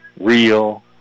real